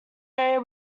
area